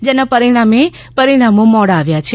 જેના પરિણામે પરિણામો મોડા આવ્યા છે